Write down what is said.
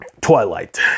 Twilight